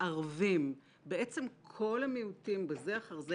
ערבים, בעצם כל המיעוטים בזה אחר זה.